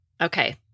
Okay